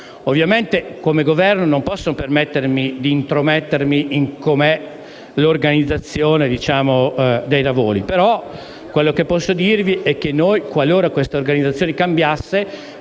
Ovviamente, come Governo non mi posso permettere di intromettermi nell'organizzazione dei lavori. Quello che posso dirvi è che, qualora l'organizzazione cambiasse,